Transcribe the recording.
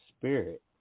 spirit